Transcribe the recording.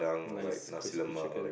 nice crispy chicken